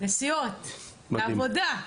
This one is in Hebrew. מדובר בנסיעות לעבודה.